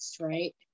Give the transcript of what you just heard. right